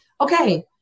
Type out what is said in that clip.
Okay